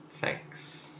Thanks